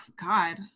God